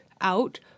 out